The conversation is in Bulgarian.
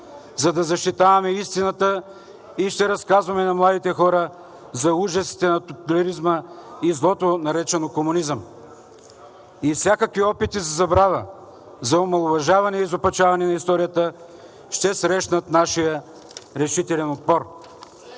за да защитаваме истината, и ще разказваме на младите хора за ужасите на тоталитаризма и злото, наречено комунизъм, и всякакви опити за забрава, за омаловажаване и изопачаване на историята ще срещнат нашия решителен отпор!